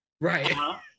Right